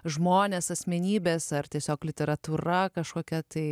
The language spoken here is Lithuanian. žmones asmenybės ar tiesiog literatūra kažkokia tai